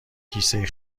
کیسه